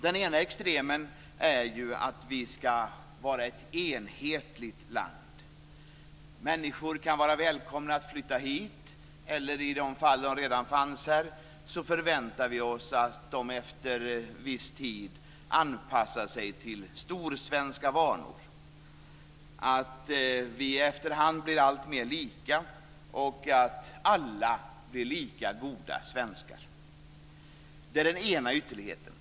Den ena extremen är att vi ska vara ett enhetligt land. Människor kan vara välkomna att flytta hit, men som i de fall de redan finns här förväntar vi oss att de efter viss tid anpassar sig till storsvenska vanor, att vi efter hand blir alltmer lika och att alla blir lika goda svenskar. Det är den ena ytterligheten.